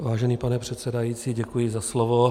Vážený pane předsedající, děkuji za slovo.